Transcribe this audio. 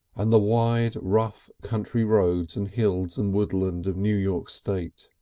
and the wide rough country roads and hills and woodland of new york state.